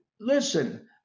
listen